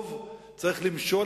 הרוב צריך למשול,